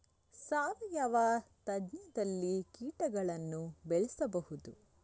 ಸಾವಯವ ತ್ಯಾಜ್ಯದಲ್ಲಿ ಕೀಟಗಳನ್ನು ಬೆಳೆಸಬಹುದು